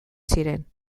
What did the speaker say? ziren